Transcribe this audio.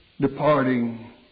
departing